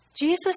Jesus